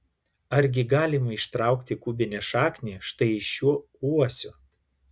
argi galima ištraukti kubinę šaknį štai iš šio uosio